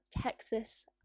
texas